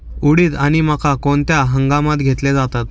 उडीद आणि मका कोणत्या हंगामात घेतले जातात?